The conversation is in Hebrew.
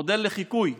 מודל לחיקוי.